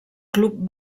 club